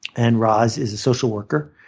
and roz is a social worker.